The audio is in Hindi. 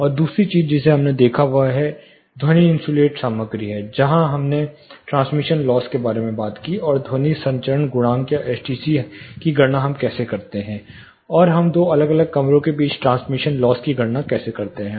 और दूसरी चीज जिसे हमने देखा है वह ध्वनि इन्सुलेट सामग्री है जहां हमने ट्रांसमिशन लॉस के बारे में बात की है और ध्वनि संचरण गुणांक या एसटीसी हम कैसे गणना करते हैं और हम दो अलग अलग कमरों के बीच ट्रांसमिशन लॉस की गणना कैसे करते हैं